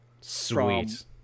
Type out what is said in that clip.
sweet